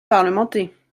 parlementer